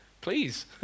please